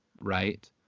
right